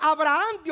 Abraham